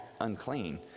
unclean